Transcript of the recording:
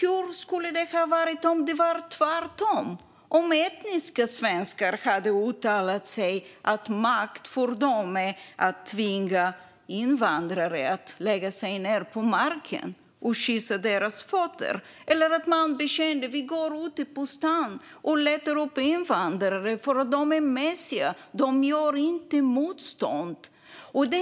Hur skulle det ha varit om det var tvärtom - om etniska svenskar hade uttalat sig om att makt för dem är att tvinga invandrare att lägga sig ned på marken och kyssa deras fötter? Hur skulle det vara om etniska svenskar bekände att de går ute på stan och letar upp invandrare för att de är mesiga och inte gör motstånd? Det